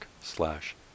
slash